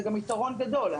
זה גם יתרון גדול,